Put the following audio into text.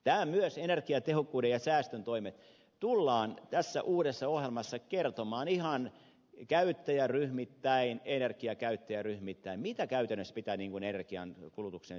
myös energiatehokkuuden ja säästön toimet tullaan tässä uudessa ohjelmassa kertomaan ihan käyttäjäryhmittäin energiakäyttäjäryhmittäin mitä käytännössä pitää energiankulutuksen suhteen tapahtua